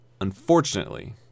unfortunately